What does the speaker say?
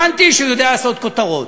הבנתי שהוא יודע לעשות כותרות.